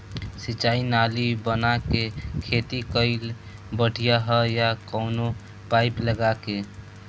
सिंचाई नाली बना के खेती कईल बढ़िया ह या कवनो पाइप लगा के?